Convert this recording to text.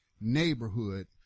neighborhood